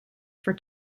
for